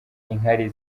inkari